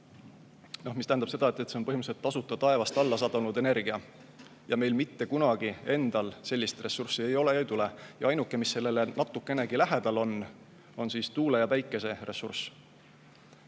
See tähendab seda, et see on põhimõtteliselt tasuta taevast alla sadanud energia, meil endal mitte kunagi sellist ressurssi ei ole ega tule. Ainuke, mis sellele natukenegi lähedal on, on tuule‑ ja päikeseressurss.